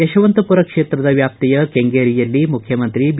ಯಶವಂತಪುರ ಕ್ಷೇತ್ರದ ವ್ಯಾಪ್ತಿಯ ಕೆಂಗೇರಿಯಲ್ಲಿ ಮುಖ್ಯಮಂತ್ರಿ ಬಿ